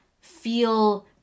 feel